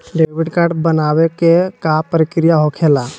Debit card बनवाने के का प्रक्रिया होखेला?